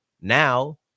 now